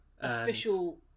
Official